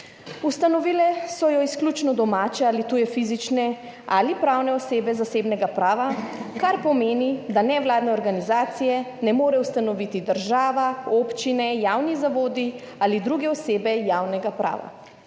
Ustanovile so jo izključno domače ali tuje fizične ali pravne osebe zasebnega prava, kar pomeni, da nevladne organizacije ne more ustanoviti država, občine, javni zavodi ali druge osebe javnega prava.